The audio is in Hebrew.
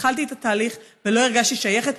התחלתי את התהליך ולא הרגשתי שייכת.